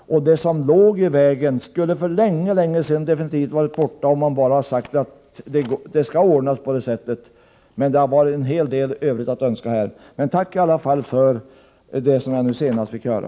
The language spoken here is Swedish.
Det som låg i vägen skulle för länge sedan varit borta om man bara sagt att detta skall ordnas. Men det har varit en hel del övrigt att önska här. Tack i alla fall för det som jag nu senast fick höra.